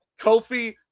Kofi